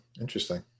interesting